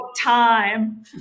time